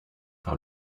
par